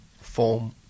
form